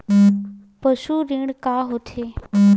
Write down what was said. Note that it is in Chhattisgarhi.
पशु ऋण का होथे?